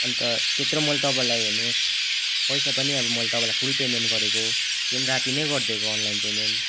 अन्त त्यत्रो मैले तपाईँलाई हेर्नुहोस् पैसा पनि अब मैले तपाईँलाई फुल पेमेन्ट गरेको त्यो पनि राति नै गरिदिएको अनलाइन पेमेन